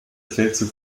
feldzug